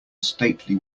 stately